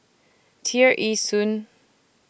Tear Ee Soon